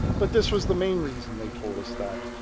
but this was the main reason they told us that.